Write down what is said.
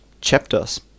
chapters